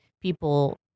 people